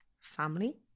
family